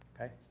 Okay